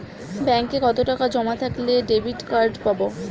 ব্যাঙ্কে কতটাকা জমা থাকলে ডেবিটকার্ড পাব?